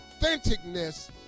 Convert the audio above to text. authenticness